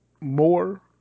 more